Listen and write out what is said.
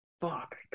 fuck